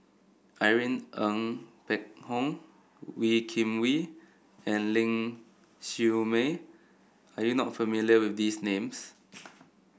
Irene Ng Phek Hoong Wee Kim Wee and Ling Siew May are you not familiar with these names